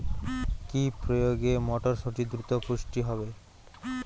কি প্রয়োগে মটরসুটি দ্রুত পুষ্ট হবে?